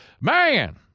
Man